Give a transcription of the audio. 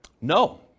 No